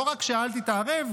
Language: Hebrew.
לא רק "אל תתערב",